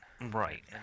Right